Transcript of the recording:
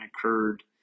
occurred